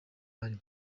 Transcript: mali